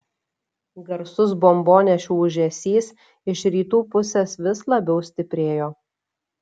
garsus bombonešių ūžesys iš rytų pusės vis labiau stiprėjo